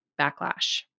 backlash